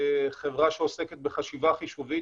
חברה שעוסקת בחשיבה חישובית,